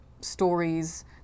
stories